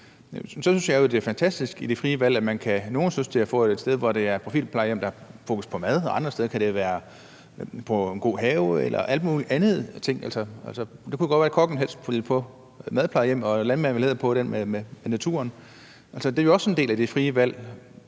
det er fantastisk med det frie valg. Nogle vil gerne et sted hen, hvor det er et profilplejehjem, der har fokus på mad, og andre steder kan det være en god have eller alle mulige andre ting. Det kunne godt være, at kokken helst ville på madplejehjem, og at landmanden hellere ville på den med naturen. Altså, det er jo også en del af det frie valg,